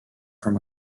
from